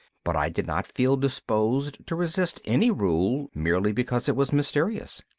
but i did not feel disposed to resist any rule merely because it was mysterious.